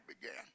began